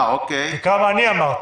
תקרא מה שאני אמרתי.